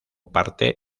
parte